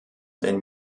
denn